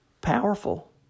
powerful